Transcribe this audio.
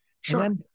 Sure